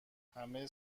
همه